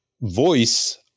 voice